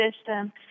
system –